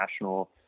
national